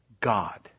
God